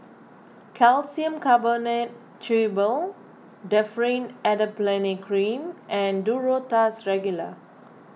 Calcium Carbonate Chewable Differin Adapalene Cream and Duro Tuss Regular